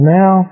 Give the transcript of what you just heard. now